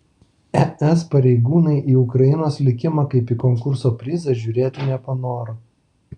es pareigūnai į ukrainos likimą kaip į konkurso prizą žiūrėti nepanoro